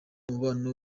umubano